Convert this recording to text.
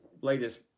latest